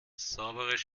sauberes